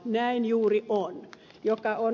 näin juuri on